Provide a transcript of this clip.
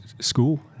school